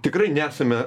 tikrai nesame